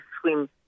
swim